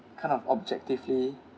kind of objectively